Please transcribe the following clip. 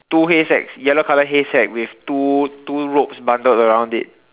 two hay sacks yellow colour hay sacks with two two ropes bundle around it